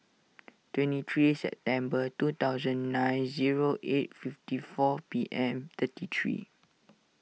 twenty three September two thousand nine zero eight fifty four P M thirty three